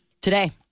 Today